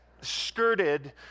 skirted